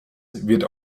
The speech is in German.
wird